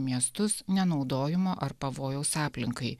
miestus nenaudojimo ar pavojaus aplinkai